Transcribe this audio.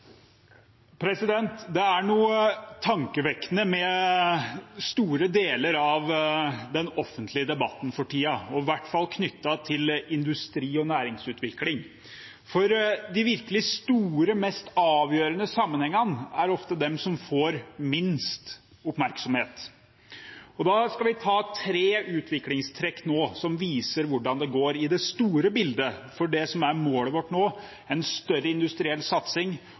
er noe tankevekkende ved store deler av den offentlige debatten for tiden, i hvert fall knyttet til industri- og næringsutvikling, for de virkelig store, mest avgjørende sammenhengene er ofte de som får minst oppmerksomhet. Jeg skal nå ta for meg tre utviklingstrekk i det store bildet som viser hvordan det går, for det som er målet vårt nå, er en større industriell satsing